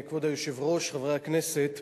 כבוד היושב-ראש, חברי הכנסת,